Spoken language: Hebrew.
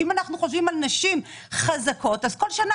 אם אנחנו חושבים על נשים חזקות אז כל שנה